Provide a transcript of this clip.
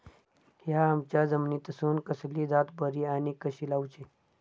हया आम्याच्या जातीनिसून कसली जात बरी आनी कशी लाऊची?